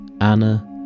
Anna